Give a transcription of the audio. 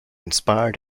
inspired